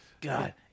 God